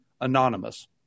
anonymous